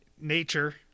nature